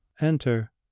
Enter